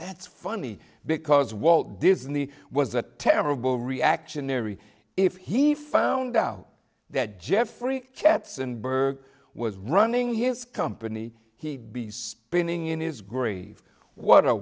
it's funny because walt disney was a terrible reactionary if he found out that jeffrey katzenberg was running his company he'd be spinning in his grave what a